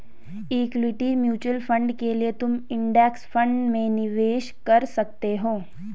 equity mutual fund के लिए तुम इंडेक्स फंड में निवेश कर सकते हो